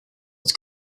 its